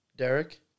Derek